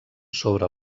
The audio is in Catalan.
sobre